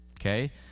Okay